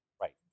right